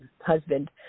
husband